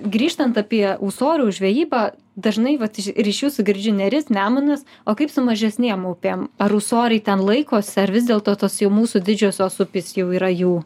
grįžtant apie ūsorių žvejybą dažnai vat ir iš jūsų girdžiu neris nemunas o kaip su mažesnėm upėm ar ūsoriai ten laikosi ar vis dėlto tos jau mūsų didžiosios upės jau yra jų